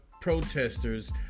protesters